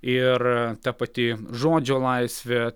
ir ta pati žodžio laisvė